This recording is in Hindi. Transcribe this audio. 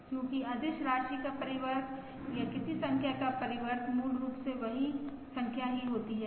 क्योंकि अदिश राशि का परिवर्त या किसी संख्या का परिवर्त मूल रूप से वही संख्या ही होती है